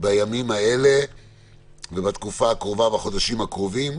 בימים האלה ובתקופה הקרובה והחודשים הקרובים.